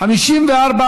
8 נתקבלו.